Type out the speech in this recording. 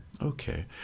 Okay